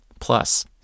Plus